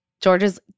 George's